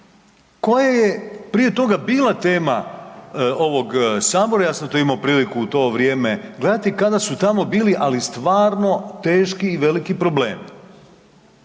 koja je prije toga bila tema ovog Sabora, ja sam to imao priliku u to vrijeme gledati, kada su tamo bili ali stvarno teški i veliki problemi.